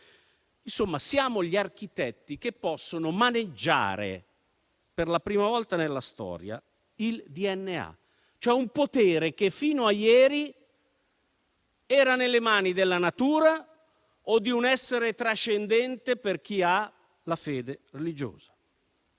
Insomma, siamo gli architetti che possono maneggiare, per la prima volta nella storia, il DNA, e cioè un potere che fino a ieri era nelle mani della natura o di un essere trascendente, per chi ha la fede religiosa.